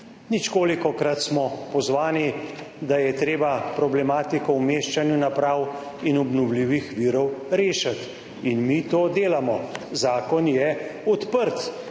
Ničkolikokrat smo pozvani, da je treba problematiko umeščanja naprav in obnovljivih virov rešiti, in mi to delamo. Zakon je odprt,